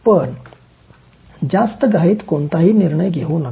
पण जास्त घाईत कोणताही निर्णय घेऊ नका